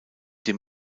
dem